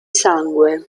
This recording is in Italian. sangue